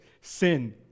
sin